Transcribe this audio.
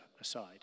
aside